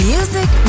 Music